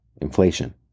inflation